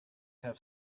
have